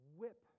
whip